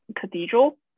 cathedral